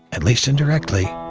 at least indirectly,